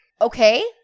Okay